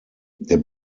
der